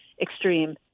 extreme